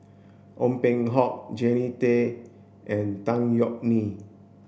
Ong Peng Hock Jannie Tay and Tan Yeok Nee